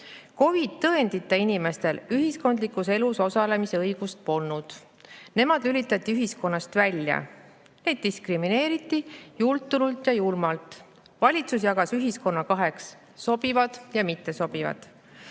COVID-i tõendita inimestel ühiskondlikus elus osalemise õigust polnud. Nemad lülitati ühiskonnast välja. Neid diskrimineeriti jultunult ja julmalt. Valitsus jagas ühiskonna kaheks: sobivad ja mittesobivad. Põhiseaduse